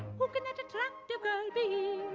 that attractive girl be?